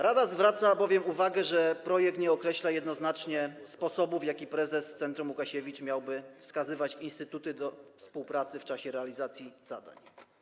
Rada zwraca bowiem uwagę, że projekt nie określa jednoznacznie sposobu, w jaki prezes Centrum Łukasiewicz miałby wskazywać instytuty do współpracy w czasie realizacji zadań.